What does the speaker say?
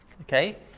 Okay